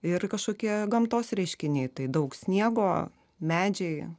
ir kažkokie gamtos reiškiniai tai daug sniego medžiai